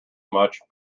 much